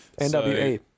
NWA